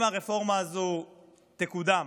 אם הרפורמה הזאת תקודם